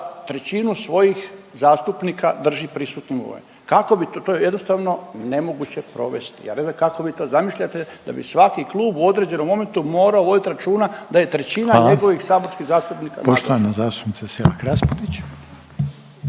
trećinu svojih zastupnika drži prisutnim …? Kako bi to, to je jednostavno nemoguće provesti? Ja ne znam kako vi to zamišljate da bi svaki klub u određenom momentu moro vodit računa da je trećina …/Upadica Reiner: Hvala./… njegovih saborskih zastupnika …/Govornik